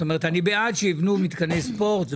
אני בעד שיבנו מתקני ספורט,